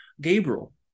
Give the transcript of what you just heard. gabriel